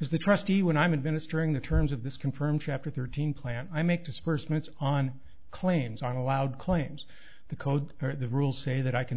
as the trustee when i'm in venice during the terms of this confirmed chapter thirteen plan i make disbursements on claims on allowed claims the code or the rules say that i can